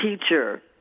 teacher